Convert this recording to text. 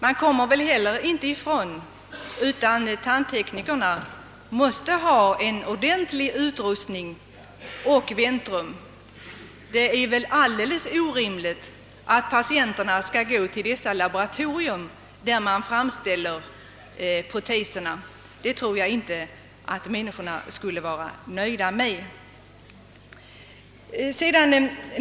Man kommer inte heller ifrån, att tandteknikerna för att kunna ge en sådan här behandling kommer att behöva samma utrustning som tandläkarna samt lokaler med väntrum. Det är väl helt orimligt att tänka sig, att patienterna skall gå till de laboratorier där man framställer proteserna. Det kommer patienterna säkert inte att nöja sig med.